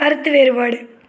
கருத்து வேறுபாடு